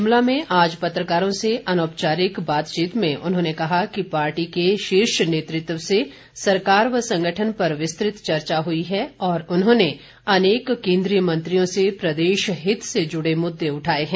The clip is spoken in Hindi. शिमला में आज पत्रकारों से अनौपचारिक बातचीत में उन्होंने कहा कि पार्टी के शीर्ष नेतृत्व से सरकार व संगठन पर विस्तृत चर्चा हुई है और उन्होंने अनेक केन्द्रीय मंत्रियों से प्रदेशहित से जुड़े मुद्दे उठाए हैं